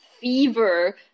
Fever